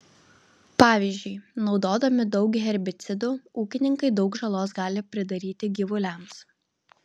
pavyzdžiui naudodami daug herbicidų ūkininkai daug žalos gali pridaryti gyvuliams